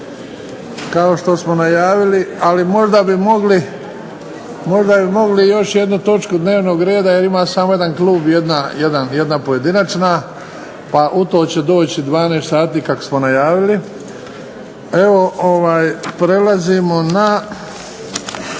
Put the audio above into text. kao što smo najavili, ali možda bi mogli još jednu točku dnevnog reda jer ima samo jedan klub i jedna pojedinačna pa u to će doći 12 sati kako smo najavili. Zaključujem